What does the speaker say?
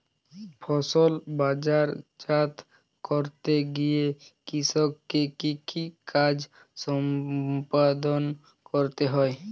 ফসল বাজারজাত করতে গিয়ে কৃষককে কি কি কাজ সম্পাদন করতে হয়?